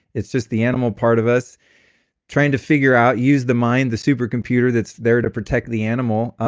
it's just the animal part of us trying to figure out, use the mind, the super computer that's there to protect the animal, ah